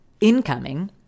incoming